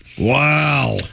Wow